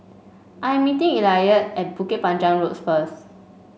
I am meeting Eliot at Bukit Panjang Road first